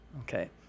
okay